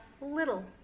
little